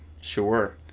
Sure